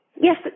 Yes